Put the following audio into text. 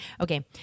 Okay